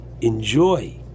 enjoy